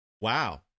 wow